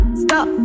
stop